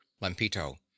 Lampito